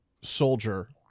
soldier